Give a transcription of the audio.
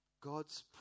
God's